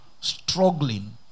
struggling